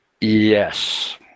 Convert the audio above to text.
Yes